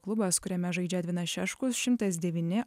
klubas kuriame žaidžia edvinas šeškus šimtas devyni